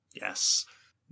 Yes